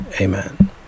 Amen